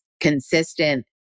consistent